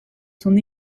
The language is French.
son